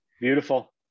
Beautiful